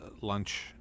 lunch